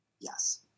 Yes